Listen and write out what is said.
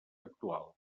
actual